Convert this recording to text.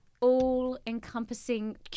all-encompassing